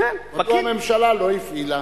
מדוע הממשלה לא הפעילה.